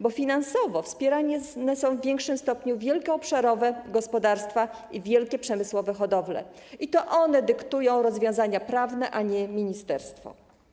Bo finansowo wspierane są w większym stopniu wielkoobszarowe gospodarstwa i wielkie przemysłowe hodowle i to one dyktują rozwiązania prawne, a nie ministerstwo.